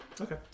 Okay